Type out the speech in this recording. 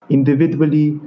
Individually